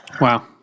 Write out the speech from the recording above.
Wow